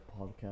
podcast